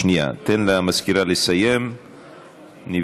שנייה, תן למזכירה לסיים ונבדוק.